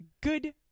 good